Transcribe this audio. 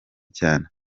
cyane